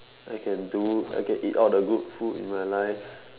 I can do I can eat all the good food in my life